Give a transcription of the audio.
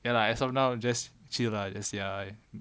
ya lah as of now just chill lah just ya